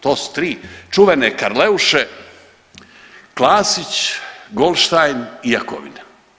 To su tri čuvene Karleuše Klasić, Goldstein i Jakovina.